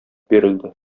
бирелде